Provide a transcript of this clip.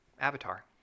Avatar